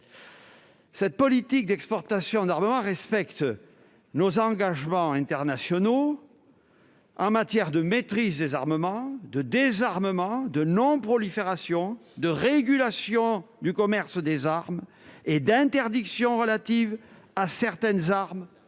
et international. Elle est conforme à nos engagements internationaux en matière de maîtrise des armements, de désarmement, de non-prolifération, de régulation du commerce des armes et d'interdictions relatives à certaines armes